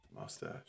Mustache